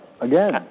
again